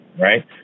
right